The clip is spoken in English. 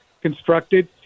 constructed